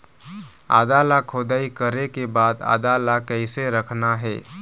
आदा ला खोदाई करे के बाद आदा ला कैसे रखना हे?